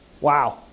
wow